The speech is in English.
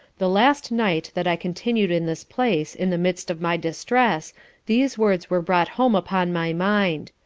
the last night that i continued in this place, in the midst of my distress these words were brought home upon my mind,